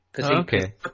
okay